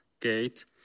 gate